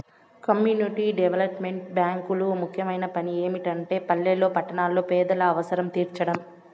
community development బ్యేంకులు ముఖ్యమైన పని ఏమిటంటే పల్లెల్లో పట్టణాల్లో పేదల అవసరం తీర్చడం